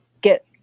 get